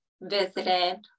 visited